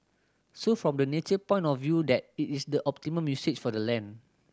so from the nature point of view that it is the optimum usage for the land